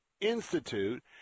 Institute